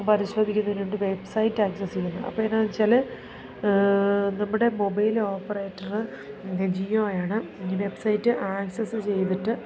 പരിശോധിക്കുന്നതിനുവേണ്ടി website access ചെയ്യുന്നു അപ്പം എന്നാന്ന് വെച്ചാൽ നമ്മുടെ മൊബൈൽ ഓപ്പറേറ്ററ് ജിയോയാണ് വെബ്സൈറ്റ് ആക്സസ് ചെയ്തിട്ട്